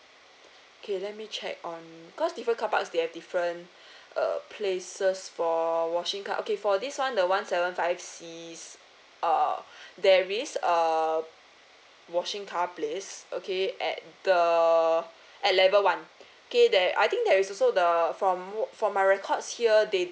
okay let me check on because different carparks they have different uh places for washing car okay for this one the one seven five C uh there's a err washing car place okay at the at level one okay there I think there is also the from for my records here they do